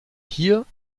hier